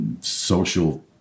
social